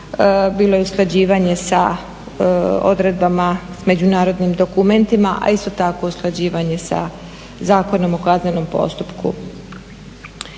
bilo usklađivanje s odredbama, s međunarodnim dokumentima, a isto tako i sa Zakonom o kaznenom postupku.